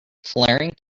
flaring